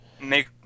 make